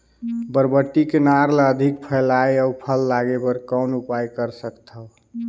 बरबट्टी के नार ल अधिक फैलाय अउ फल लागे बर कौन उपाय कर सकथव?